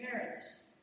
parents